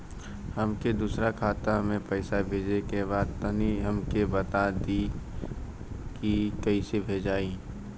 हमके दूसरा खाता में पैसा भेजे के बा तनि हमके बता देती की कइसे भेजाई?